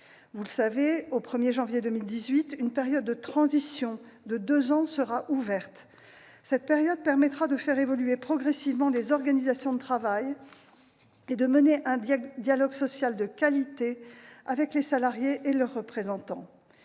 Vous le savez, au 1 janvier 2018, une période de transition de deux ans sera ouverte. Cette période permettra de faire évoluer progressivement les organisations de travail et de mener un dialogue social de qualité avec les salariés et leurs représentants.